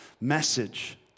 message